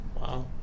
Wow